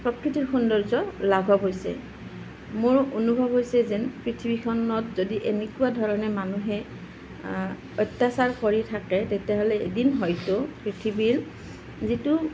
প্ৰকৃতিৰ সৌন্দৰ্য্য লাঘৱ হৈছে মোৰ অনুভৱ হৈছে যেন পৃথিৱীখনত যদি এনেকুৱা ধৰণে মানুহে অত্যাচাৰ কৰি থাকে তেতিয়াহ'লে এদিন হয়তো পৃথিৱীৰ যিটো